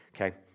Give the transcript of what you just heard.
Okay